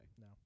No